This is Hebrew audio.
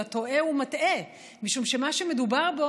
אתה טועה ומטעה, משום שמה שקורה הוא